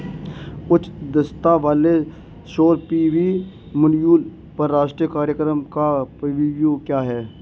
उच्च दक्षता वाले सौर पी.वी मॉड्यूल पर राष्ट्रीय कार्यक्रम का परिव्यय क्या है?